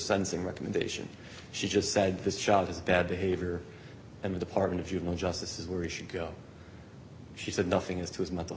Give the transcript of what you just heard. sensing recommendation she just said this child is bad behavior and the department of juvenile justice is where we should go she said nothing as to his